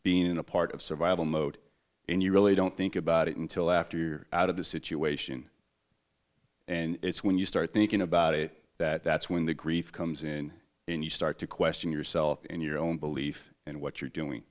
being a part of survival mode and you really don't think about it until after you're out of the situation and it's when you start thinking about it that that's when the grief comes in and you start to question yourself and your own belief and what you're doing